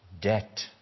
debt